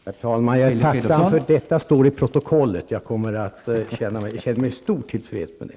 Herr talman! Jag är tacksam för att detta står i protokollet. Jag känner mig mycket tillfreds med det.